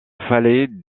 fallait